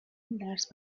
درس